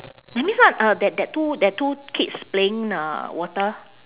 that means not uh that that two that two kids playing uh water